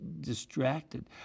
distracted